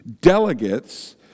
delegates